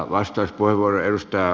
arvoisa puhemies